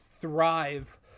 thrive